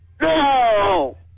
no